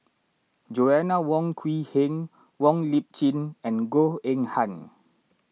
Joanna Wong Quee Heng Wong Lip Chin and Goh Eng Han